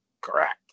correct